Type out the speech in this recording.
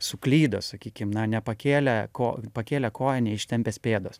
suklydo sakykim na nepakėlė ko pakėlė koją neištempęs pėdos